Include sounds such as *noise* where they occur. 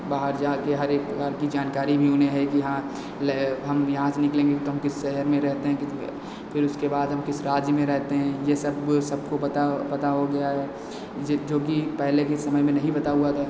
बहार जाकर हरेक प्रकार की जानकारी भी उन्हें है कि हाँ लै हम यहाँ से निकलेंगे तो हम किस शहर में रहते हैं कित बे फिर उसके बाद हम किस राज्य में रहते हैं यह सब सबको पता पता हो गया है जि जो कि पहले के समय में नहीं पता *unintelligible* था